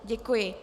Děkuji.